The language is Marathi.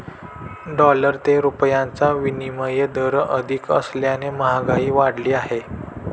डॉलर ते रुपयाचा विनिमय दर अधिक असल्याने महागाई वाढली आहे